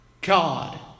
God